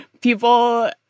People